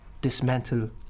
dismantle